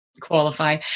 qualify